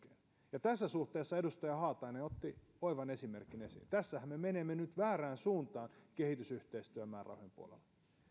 ja tässä suhteessa edustaja haatainen otti oivan esimerkin esiin tässähän me menemme nyt väärään suuntaan kehitysyhteistyömäärärahojen puolella